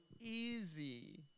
easy